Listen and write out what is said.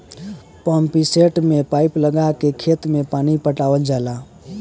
pumpset में pipe लगा के खेत में पानी पटावल जाला